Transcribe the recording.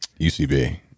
UCB